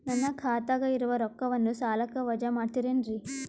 ನನ್ನ ಖಾತಗ ಇರುವ ರೊಕ್ಕವನ್ನು ಸಾಲಕ್ಕ ವಜಾ ಮಾಡ್ತಿರೆನ್ರಿ?